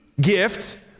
gift